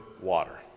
water